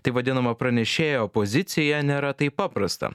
taip vadinamą pranešėjo poziciją nėra taip paprasta